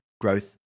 growth